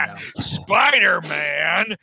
spider-man